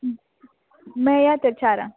मेळयां त चारांक